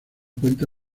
cuenta